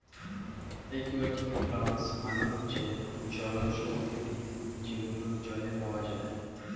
একুয়াটিকে প্লান্টস মানে হচ্ছে জলজ উদ্ভিদ যেগুলো জলে পাওয়া যায়